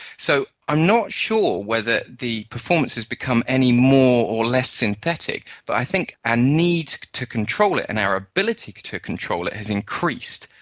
so i'm not sure whether the performance has become any more or less synthetic, but i think our need to control it and our ability to control it has increased.